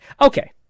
Okay